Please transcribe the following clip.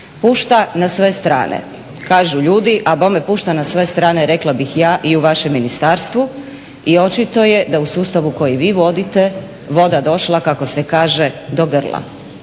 Pušta na sve strane kažu ljudi, a bome pušta na sve strane rekla bih ja i u vašem ministarstvu. I očito je da u sustavu koji vi vodite voda došla kako se kaže do grla.